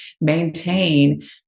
maintain